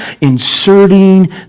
inserting